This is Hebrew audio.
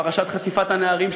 פרשת חטיפת הנערים,